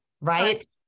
right